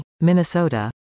Minnesota